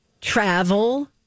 travel